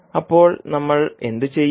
അപ്പോൾ നമ്മൾ എന്തു ചെയ്യും